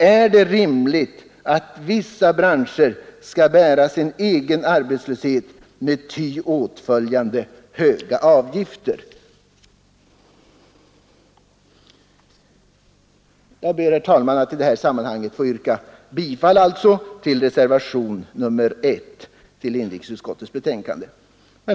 Är det rimligt att vissa branscher skall bära sin egen arbetslöshet med ty åtföljande höga avgifter? ” Jag ber, herr talman, att i detta sammanhang få yrka bifall till reservationen 1 vid inrikesutskottets betänkande.